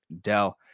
Dell